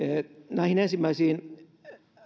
näihin ensimmäisiin